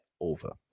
over